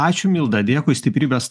ačiū milda dėkui stiprybės